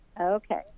Okay